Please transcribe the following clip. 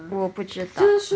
我不知道